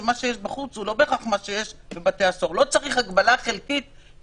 תובא לאישור ועדת החוקה בתוך שבעה ימים,